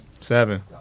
seven